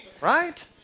Right